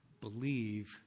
believe